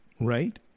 right